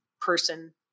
person